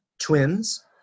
twins